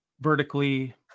vertically